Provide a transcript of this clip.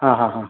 ಹಾಂ ಹಾಂ ಹಾಂ